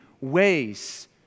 ways